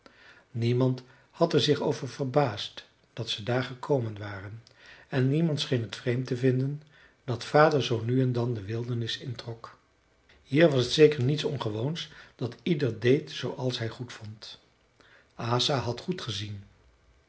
niemand had er zich over verbaasd dat ze daar gekomen waren en niemand scheen het vreemd te vinden dat vader zoo nu en dan de wildernis introk hier was het zeker niets ongewoons dat ieder deed zooals hij goed vond asa had goed gezien